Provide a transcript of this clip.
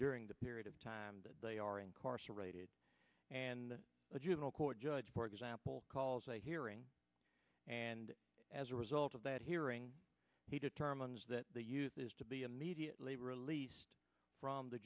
during the period of time but our incarcerated and a juvenile court judge for example calls a hearing and as a result of that hearing he determines that the youth is to be immediately released from the